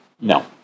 no